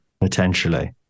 potentially